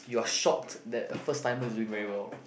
you are shocked that a first timer is being very well